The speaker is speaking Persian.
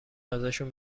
ازشون